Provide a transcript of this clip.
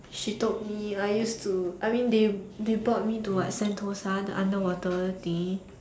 she told me I used to I mean they they brought me to what Sentosa the underwater world thing